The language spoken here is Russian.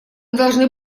должны